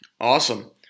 Awesome